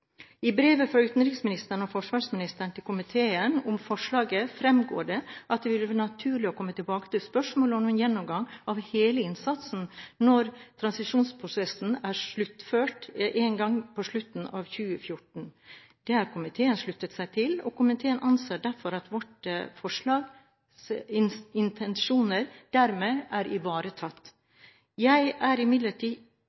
I brevet fra utenriksministeren og forsvarsministeren til komiteen om forslaget fremgår det at det vil være «naturlig å komme tilbake til spørsmålet om en gjennomgang av hele innsatsen» når transisjonsprosessen er sluttført en gang mot slutten av 2014. Det har komiteen sluttet seg til, og komiteen anser derfor at intensjonene i vårt forslag dermed er